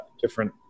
different